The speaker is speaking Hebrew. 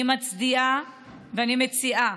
אני מציעה